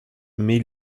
mais